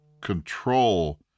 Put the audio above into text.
control